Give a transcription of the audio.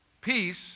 peace